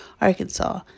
Arkansas